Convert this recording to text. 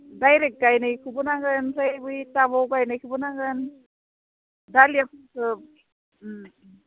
direct गायनायखौबो नांगोन ओमफ्राय बै टाबाव गायनायखोबो नांगोन दालियाफोरखो